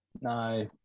No